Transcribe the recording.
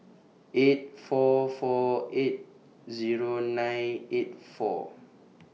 eight four four eight Zero nine eight four